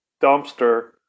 dumpster